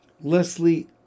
Leslie